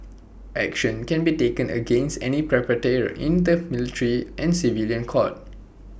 action can be taken against any perpetrator in the military and civilian court